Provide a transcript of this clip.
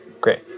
great